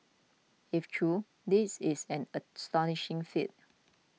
if true this is an astonishing feat